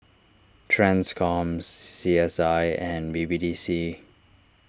Transcom C S I and B B D C